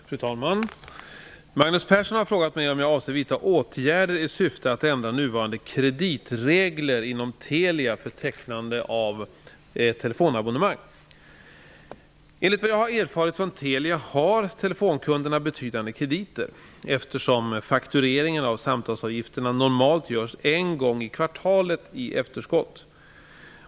Fru talman! Magnus Persson har frågat mig om jag avser vidta åtgärder i syfte att ändra nuvarande kreditregler inom Telia för tecknande av telefonabonnemang. Enligt vad jag erfarit från Telia har telefonkunderna betydande krediter, eftersom faktureringen av samtalsavgifterna normalt görs en gång i kvartalet i efterskott.